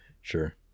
sure